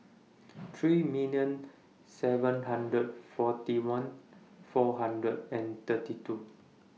three million seven hundred forty one four hundred and thirty two